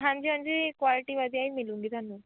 ਹਾਂਜੀ ਹਾਂਜੀ ਕੁਆਲਿਟੀ ਵਧੀਆ ਹੀ ਮਿਲੂੰਗੀ ਤੁਹਾਨੂੰ